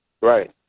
Right